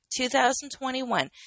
2021